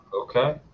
okay